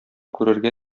күрергә